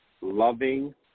loving